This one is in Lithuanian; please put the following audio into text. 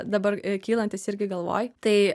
dabar kylantis irgi galvoj tai